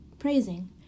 praising